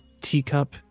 teacup